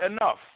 enough